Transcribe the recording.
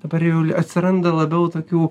dabar jau atsiranda labiau tokių